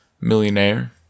Millionaire